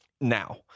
now